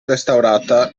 restaurata